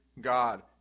God